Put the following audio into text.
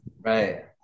right